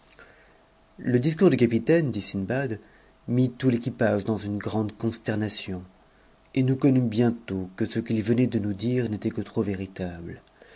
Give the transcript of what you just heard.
le discours du capitaine dit sindbad mit tout l'équipage dans une fraude consternation et nous connûmes bientôt que ce qu'il venait de mus dire n'était que trop véritable